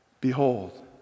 Behold